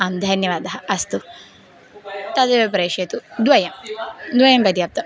आं धन्यवादः अस्तु तदेव प्रेषयतु द्वयं द्वयं पर्याप्तम्